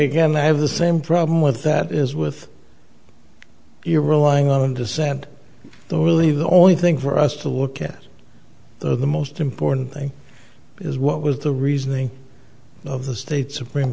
him have the same problem with that is with you're relying on him to send the really the only thing for us to look at the most important thing is what was the reasoning of the state supreme